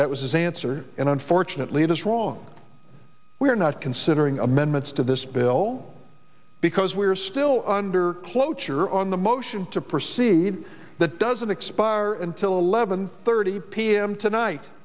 that was his answer and unfortunately that's wrong we're not considering amendments to this bill because we're still under cloture on the motion to proceed that doesn't expire until eleven thirty p m tonight